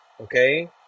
okay